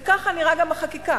וככה נראית גם החקיקה,